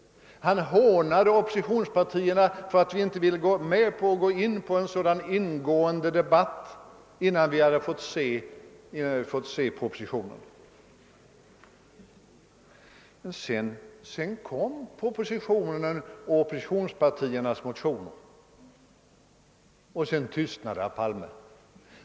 Han hånade oppositionspartierna för att de inte ville delta i en ingående debatt innan de hade fått se propositionen. Sedan kom propositionen och oppositionspartiernas motioner. Då tystnade herr Palme.